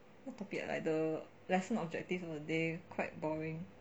what topic ah like the lesson objective also they quite boring